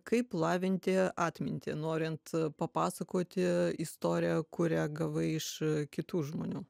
kaip lavinti atmintį norint papasakoti istoriją kurią gavai iš kitų žmonių